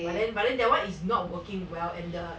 but then but then that [one] is not working well and the